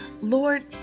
Lord